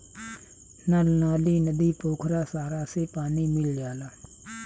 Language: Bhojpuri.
नल नाली, नदी, पोखरा सारा से पानी मिल जाला